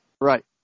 Right